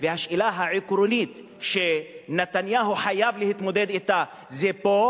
והשאלה העקרונית שנתניהו חייב להתמודד אתה זה פה,